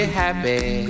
happy